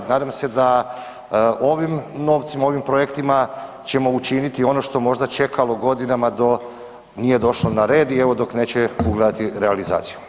Nadam se da ovim novcima, ovim projektima ćemo učiniti ono što je možda čekalo godinama dok nije došlo na red i evo dok neće ugledati realizaciju.